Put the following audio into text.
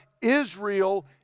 Israel